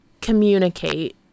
communicate